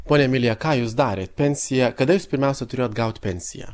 ponia emilija ką jūs darėt pensiją kada jūs pirmiausia turėjot gaut pensiją